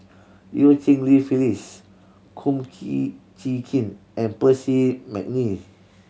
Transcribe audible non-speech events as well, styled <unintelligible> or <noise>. Eu Cheng Li Phyllis Kum <unintelligible> Chee Kin and Percy McNeice